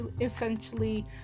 essentially